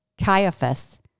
Caiaphas